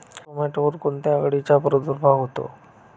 टोमॅटोवर कोणत्या अळीचा प्रादुर्भाव होतो?